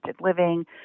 living